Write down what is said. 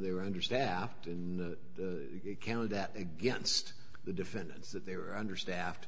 they were understaffed in the county that against the defendants that they were understaffed